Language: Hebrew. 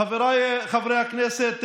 חבריי חברי הכנסת,